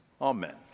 Amen